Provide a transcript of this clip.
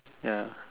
ya